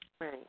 Right